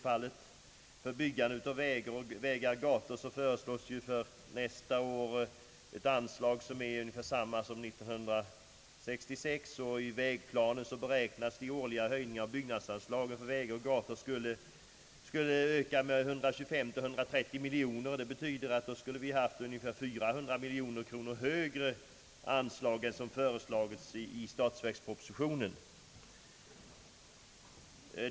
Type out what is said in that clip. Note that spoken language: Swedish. För byggande av vägar och gator föreslås för nästa budgetår ungefär samma anslag som för innevarande budgetår. I vägplanen beräknas de årliga höjningarna av byggnadsanslagen för vägar och gator uppgå till 125 å 130 miljoner kronor. Det betyder att vi skulle ha haft ett anslag som varit 400 miljoner kronor högre än som föreslagits i statsverkspropositionen.